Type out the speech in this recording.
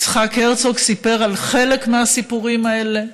יצחק הרצוג סיפר חלק מהסיפורים האלה.